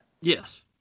Yes